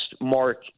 mark